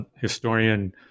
historian